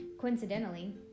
coincidentally